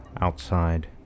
outside